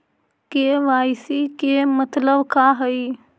KYC के मतलब का हई?